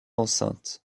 enceintes